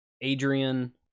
Adrian